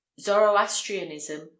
Zoroastrianism